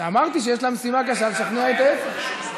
אמרתי שיש לה משימה קשה: לשכנע את ההפך.